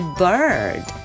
bird